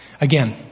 again